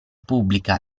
pubblica